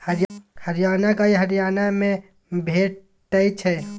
हरियाणा गाय हरियाणा मे भेटै छै